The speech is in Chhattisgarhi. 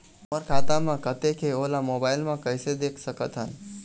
मोर खाता म कतेक हे ओला मोबाइल म कइसे देख सकत हन?